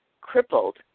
crippled